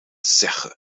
zeggen